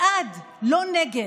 בעד, לא נגד,